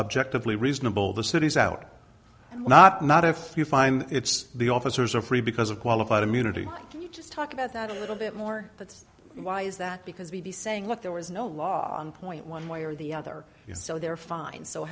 objectively reasonable the city's out not not a few fine it's the officers are free because of qualified immunity you just talk about that little bit more that's why is that because we'd be saying look there was no law on point one way or the other so they're fine so